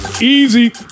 Easy